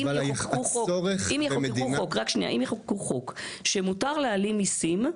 אם יחוקקו חוק שמאפשר להעלים מיסים,